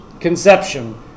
conception